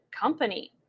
company